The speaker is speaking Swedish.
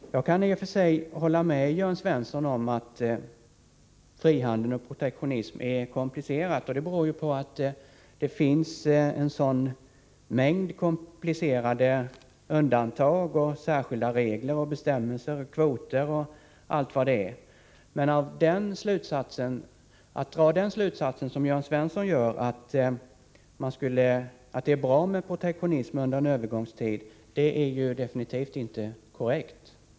Jag kan i och för sig hålla med Jörn Svensson om att frihandel och protektionism är komplicerade saker, och det beror ju på att det finns en sådan mängd komplicerade undantag, särskilda regler och bestämmelser, kvoter m.m. Men att därav dra den slutsats som Jörn Svensson drar, att det är bra med protektionism under en övergångstid, det är definitivt inte korrekt.